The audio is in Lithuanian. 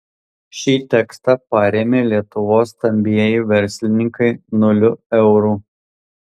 šį tekstą parėmė lietuvos stambieji verslininkai nuliu eurų